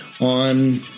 on